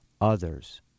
others